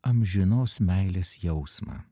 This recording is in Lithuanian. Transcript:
amžinos meilės jausmą